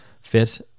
fit